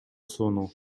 сууну